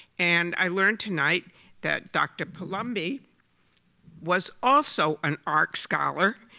and i learned tonight that dr. palumbi was also an arcs scholar,